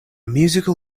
musical